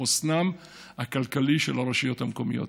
בחוסנן הכלכלי של הרשויות המקומיות.